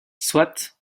soit